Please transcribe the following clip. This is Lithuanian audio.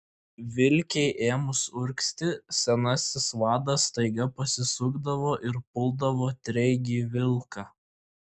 vilkei ėmus urgzti senasis vadas staiga pasisukdavo ir puldavo treigį vilką